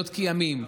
מ"לילות כימים"